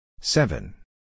seven